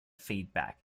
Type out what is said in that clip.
feedback